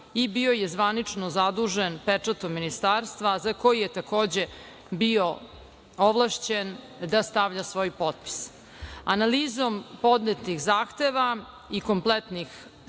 i bio je zvanično zadužen pečatom ministarstva za koji je takođe bio ovlašćen da stavlja svoj potpis. Analizom podnetih zahteva i kompletnih